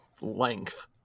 length